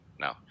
no